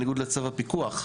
בניגוד לצו הפיקוח,